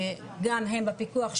גם הם בפיקוח שלנו,